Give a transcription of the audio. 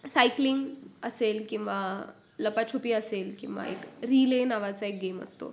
cycling असेल किंवा लपाछुपी असेल किंवा एक रिले नावाचा एक गेम असतो